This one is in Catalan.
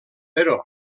però